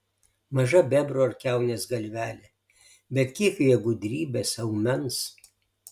maža bebro ar kiaunės galvelė bet kiek joje gudrybės aumens